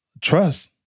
trust